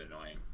annoying